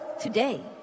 Today